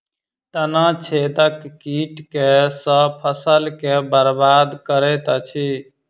तना छेदक कीट केँ सँ फसल केँ बरबाद करैत अछि?